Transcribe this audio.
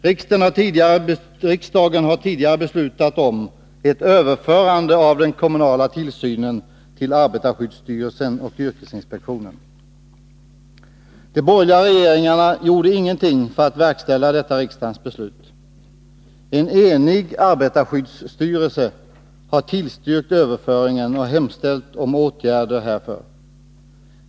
Riksdagen har tidigare beslutat om ett överförande av det kommunala tillsynsansvaret till arbetarskyddsstyrelsen och yrkesinspektionen. De borgerliga regeringarna gjorde ingenting för att verkställa detta riksdagens beslut. En enig arbetarskyddsstyrelse har tillstyrkt överföringen och hemställt om åtgärder härför.